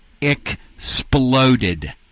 exploded